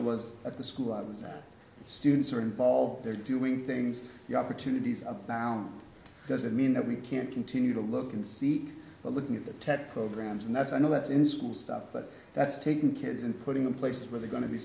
that was at the school i was that students are involved they're doing things the opportunities are down doesn't mean that we can't continue to look and see but looking at the test programs and that's i know that's in school stuff but that's taking kids and putting them places where they're going to be